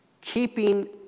keeping